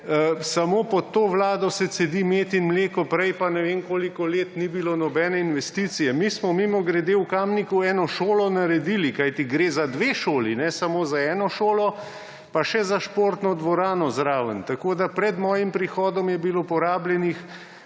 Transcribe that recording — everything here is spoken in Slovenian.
samo pod to vlado cedi med in mleko, prej pa ne vem koliko let ni bilo nobene investicije. Mi smo, mimogrede, v Kamniku eno šolo naredili, kajti gre za dve šoli, ne samo za eno šolo, pa še za športno dvorano zraven. Pred mojim prihodom je bilo porabljenih